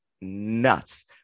nuts